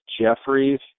Jeffries